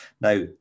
Now